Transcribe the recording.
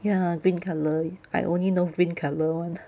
ya green colour I only know green colour [one]